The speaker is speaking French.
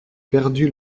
perdu